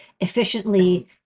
efficiently